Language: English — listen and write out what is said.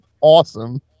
awesome